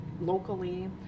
locally